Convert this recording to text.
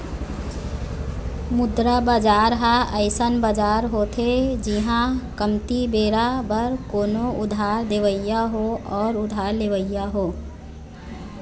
मुद्रा बजार ह अइसन बजार होथे जिहाँ कमती बेरा बर कोनो उधार देवइया हो अउ उधार लेवइया हो